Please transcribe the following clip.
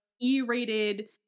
E-rated